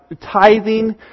tithing